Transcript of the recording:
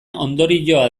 ondorioa